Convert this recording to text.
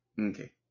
Okay